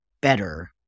better